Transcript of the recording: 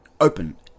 open